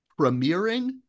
premiering